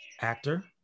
actor